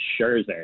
scherzer